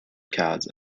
cards